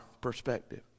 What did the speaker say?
perspective